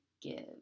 give